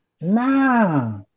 nah